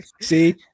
See